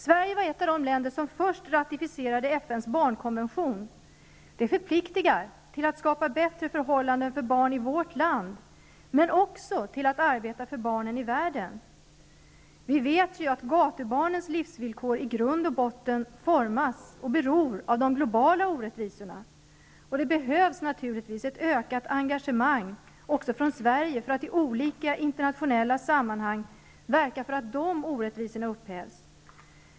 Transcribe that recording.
Sverige var ett av de länder som först ratificerade FN:s barnkonvention. Det förpliktigar till att skapa bättre förhållanden för barn i vårt land, men också till att arbeta för barnen i världen. Vi vet att gatubarnens livsvillkor i grund och botten formas av de globala orättvisorna. Det behövs naturligtvis ett ökat engagemang från Sverige för att i olika internationella sammanhang verka för att de orättvisorna upphävs.